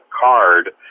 card